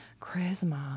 charisma